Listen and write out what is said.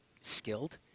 skilled